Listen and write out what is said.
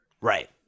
Right